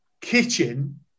kitchen